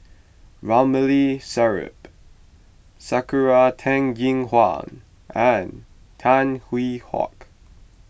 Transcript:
Ramli Sarip Sakura Teng Ying Hua and Tan Hwee Hock